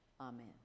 Amen